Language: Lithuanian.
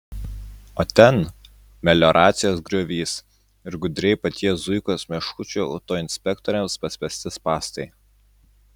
o ten melioracijos griovys ir gudriai paties zuikos meškučių autoinspektoriams paspęsti spąstai